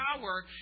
power